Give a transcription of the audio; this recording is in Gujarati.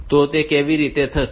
તો તે કેવી રીતે થશે